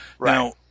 Now